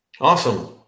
Awesome